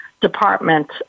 department